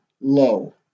low